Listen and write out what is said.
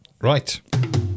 Right